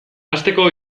hasteko